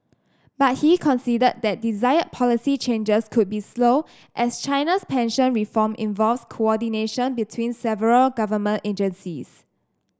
but he conceded that desired policy changes could be slow as China's pension reform involves coordination between several government agencies